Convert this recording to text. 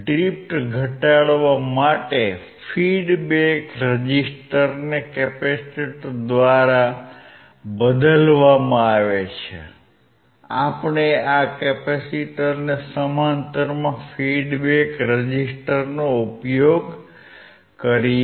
drift ઘટાડવા માટે feedback રેઝિસ્ટરને કેપેસિટર દ્વારા બદલવામાં આવે છે આપણે આ કેપેસિટરને સમાંતરમાં ફીડ્બેક રેઝીસ્ટર ઉપયોગ કરીએ છીએ